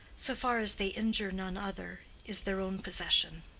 so far as they injure none other, is their own possession.